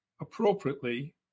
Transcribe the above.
appropriately